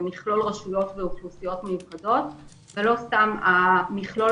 במכלול רשויות ואוכלוסיות מיוחדות ולא סתם המכלול